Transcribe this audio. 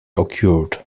occurred